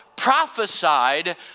prophesied